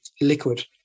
liquid